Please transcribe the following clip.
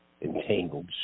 entangled